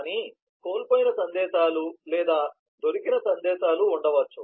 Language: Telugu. కానీ కోల్పోయిన సందేశాలు లేదా దొరికిన సందేశాలు ఉండవచ్చు